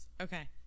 okay